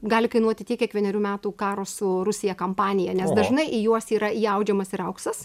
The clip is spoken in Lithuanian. gali kainuoti tiek kiek vienerių metų karo su rusija kampanija nes dažnai į juos yra įaudžiamas ir auksas